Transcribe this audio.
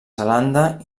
zelanda